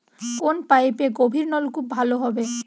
কোন পাইপে গভিরনলকুপ ভালো হবে?